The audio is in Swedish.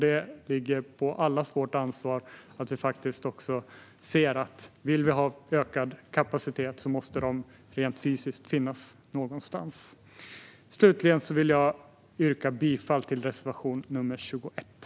Det ligger på allas vårt ansvar att inse att om vi vill ha ökad kapacitet måste anstalterna rent fysiskt finnas någonstans. Slutligen vill jag yrka bifall till reservation 21.